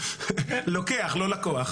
לא לקוח.